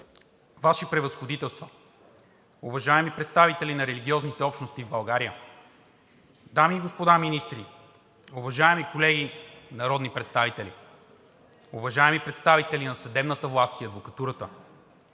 Ваши Превъзходителства, уважаеми представители на религиозните общности в България, дами и господа министри, уважаеми колеги народни представители, уважаеми представители на съдебната власт и адвокатурата,